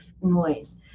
noise